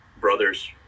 brothers